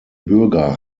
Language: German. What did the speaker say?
bürger